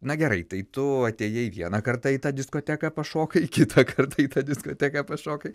na gerai tai tu atėjai vieną kartą į tą diskoteką pašokai kitą kartą į tą diskoteką pašokai